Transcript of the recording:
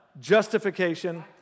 Justification